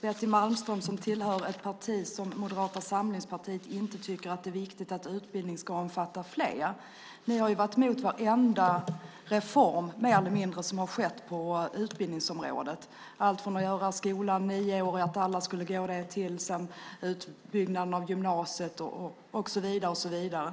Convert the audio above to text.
Betty Malmberg, som tillhör ett parti som Moderata samlingspartiet, inte tycker att det är viktigt att utbildning ska omfatta fler. Ni har ju varit emot mer eller mindre varenda reform som har skett på utbildningsområdet, allt från att göra skolan nioårig och att alla skulle gå där till utbyggnaden av gymnasiet och så vidare.